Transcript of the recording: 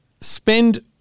spend